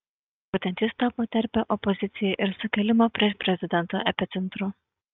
būtent jis tapo terpe opozicijai ir sukilimo prieš prezidentą epicentru